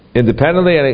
independently